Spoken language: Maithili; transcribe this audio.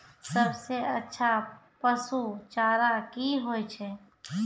सबसे अच्छा पसु चारा की होय छै?